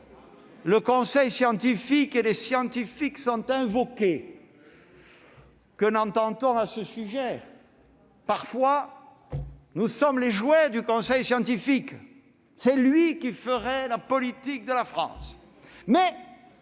du conseil scientifique et des scientifiques. Que n'entend-on à ce sujet ? Parfois, nous serions les jouets du conseil scientifique : c'est lui qui ferait la politique de la France